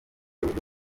uburyo